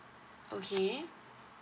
okay